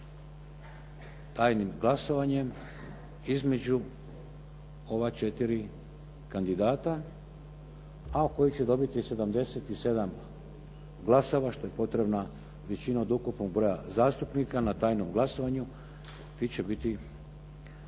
tajnim glasovanjem između ova četiri kandidata, a koji će dobiti 77 glasova što je potrebna većina od ukupnog broja zastupnika na tajnom glasovanju, ti će biti